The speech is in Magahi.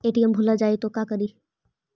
ए.टी.एम भुला जाये त का करि?